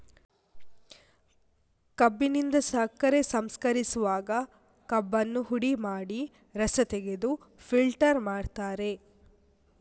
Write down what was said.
ಕಬ್ಬಿನಿಂದ ಸಕ್ಕರೆ ಸಂಸ್ಕರಿಸುವಾಗ ಕಬ್ಬನ್ನ ಹುಡಿ ಮಾಡಿ ರಸ ತೆಗೆದು ಫಿಲ್ಟರ್ ಮಾಡ್ತಾರೆ